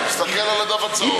תסתכל על הדף הצהוב.